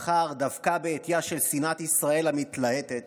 בחר דווקא בעטייה של שנאת ישראל המתלהטת